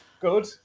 Good